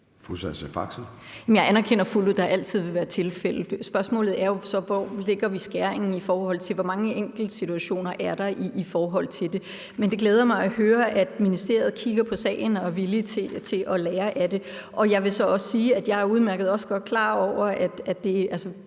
Jeg anerkender fuldt ud, at der altid vil være tilfælde. Spørgsmålet er jo så, hvor vi lægger skæringen, i forhold til hvor mange enkelte situationer der er om det. Men det glæder mig at høre, at ministeriet kigger på sagen og er villige til at lære af det. Både ministeren og jeg har jo set arresthuse